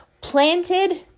Planted